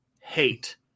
hate